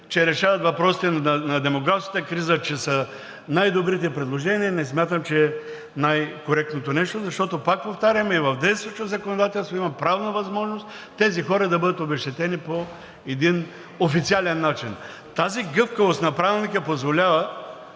че решават въпросите на демографската криза, че са най-добрите предложения, не смятам, че е най-коректното нещо, защото, пак повтарям, и в действащото законодателство има правна възможност тези хора да бъдат обезщетени по един официален начин. Тази гъвкавост на Правилника позволява